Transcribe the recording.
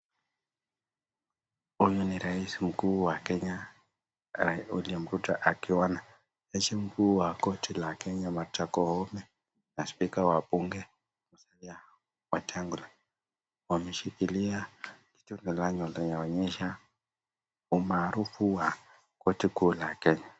Huyu ni rais mkuu wa Kenya William Ruto akiwa na rais mkuu wa korti ya Kenya Martha Koome na spika wa bunge Wetangula wameshikilia linaonyesha umaarufu wa korti kuu ya Kenya.